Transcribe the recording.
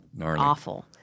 awful